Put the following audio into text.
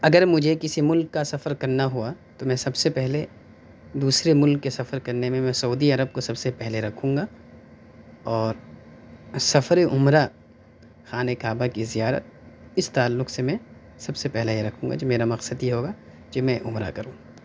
اگر مجھے کسی ملک کا سفر کرنا ہوا تو میں سب سے پہلے دوسرے ملک کے سفر کرنے میں میں سعودی عرب کو سب سے پہلے رکھوں گا اور سفر عمرہ خانۂ کعبہ کی زیارت اس تعلق سے میں سب سے پہلے یہ رکھوں گا جو میرا مقصد یہ ہوگا کہ میں عمرہ کروں